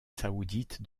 saoudite